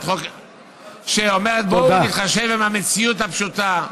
חוק שאומרת: בואו נתחשב במציאות הפשוטה.